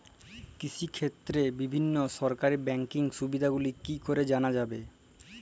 কৃষিক্ষেত্রে বিভিন্ন সরকারি ব্যকিং সুবিধাগুলি কি করে জানা যাবে?